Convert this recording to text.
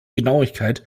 genauigkeit